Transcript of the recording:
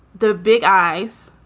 the big eyes,